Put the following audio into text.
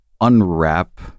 unwrap